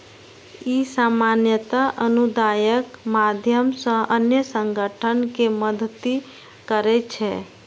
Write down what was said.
ई सामान्यतः अनुदानक माध्यम सं अन्य संगठन कें मदति करै छै